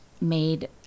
made